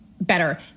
better